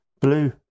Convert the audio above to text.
Blue